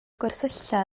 gwersylla